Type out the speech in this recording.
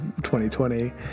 2020